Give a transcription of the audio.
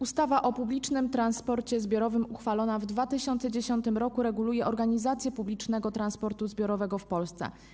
Ustawa o publicznym transporcie zbiorowym uchwalona w 2010 r. reguluje organizację publicznego transportu zbiorowego w Polsce.